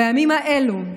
בימים האלה,